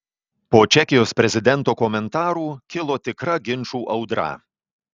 po čekijos prezidento komentarų kilo tikra ginčų audra